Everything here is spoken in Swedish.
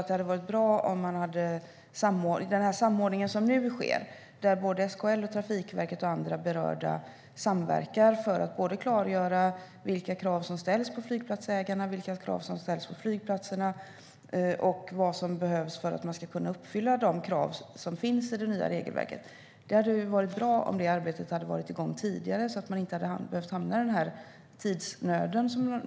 Det sker en samordning nu där SKL, Trafikverket och andra berörda samverkar för att klargöra vilka krav som ställs på flygplatsägarna och på flygplatserna och vad som behövs för att uppfylla kraven i det nya regelverket. Det hade varit bra om det arbetet hade kommit igång tidigare så att man inte hade behövt hamna i tidsnöd.